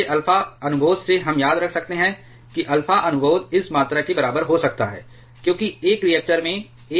आपके अल्फा अनुबोध से हम याद रख सकते हैं कि अल्फा अनुबोध इस मात्रा के बराबर हो सकता है क्योंकि एक रिएक्टर में एक K करीब रहता है